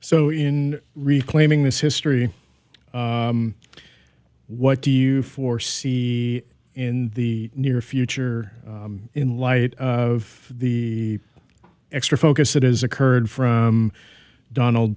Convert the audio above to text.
so in reclaiming this history what do you foresee in the near future in light of the extra focus that has occurred from donald